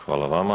Hvala vama.